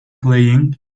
playing